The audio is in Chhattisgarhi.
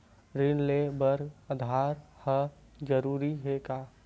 ऋण ले बर आधार ह जरूरी हे का?